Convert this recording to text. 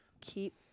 keep